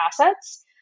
assets